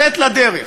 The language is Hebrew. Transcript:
לצאת לדרך,